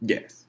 Yes